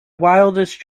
wildest